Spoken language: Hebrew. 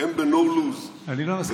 הם ב-no lose, אני לא מסכים איתך.